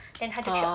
orh